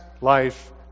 life